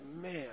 man